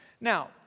Now